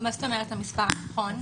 מה זאת אומרת "המספר הנכון"?